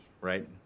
right